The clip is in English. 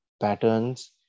patterns